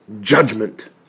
judgment